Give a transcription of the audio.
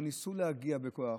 לא ניסו להגיע בכוח,